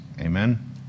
Amen